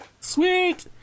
Sweet